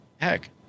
heck